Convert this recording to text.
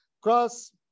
cross